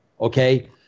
okay